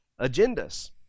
agendas